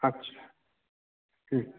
আচ্ছা হুম